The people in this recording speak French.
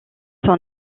son